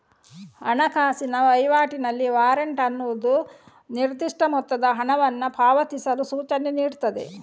ಹಣಕಾಸಿನ ವೈವಾಟಿನಲ್ಲಿ ವಾರೆಂಟ್ ಅನ್ನುದು ನಿರ್ದಿಷ್ಟ ಮೊತ್ತದ ಹಣವನ್ನ ಪಾವತಿಸಲು ಸೂಚನೆ ನೀಡ್ತದೆ